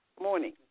Morning